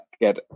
get